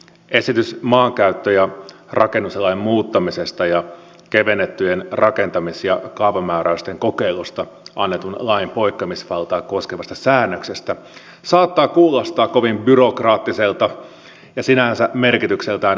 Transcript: esitys maankäyttö ja rakennuslain muuttamisesta ja kevennettyjen rakentamis ja kaavamääräysten kokeilusta annetun lain poikkeamisvaltaa koskevasta säännöksestä saattaa kuulostaa kovin byrokraattiselta ja sinänsä merkitykseltään vähäiseltä